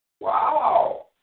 Wow